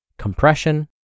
compression